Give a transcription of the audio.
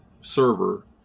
server